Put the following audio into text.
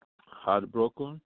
heartbroken